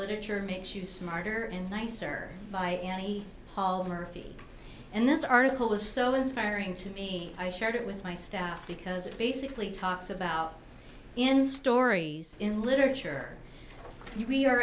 literature makes you smarter and nicer by paul murphy and this article was so inspiring to me i shared it with my staff because it basically talks about in stories in literature you